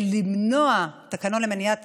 תקנון למניעת